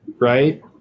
right